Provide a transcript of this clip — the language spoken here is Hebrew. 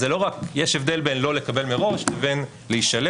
אז זה לא רק יש הבדל בין לא לקבל מראש לבין להישלל.